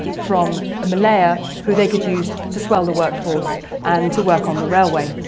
from malaya, who they could use to swell the workforce and to work on the railway.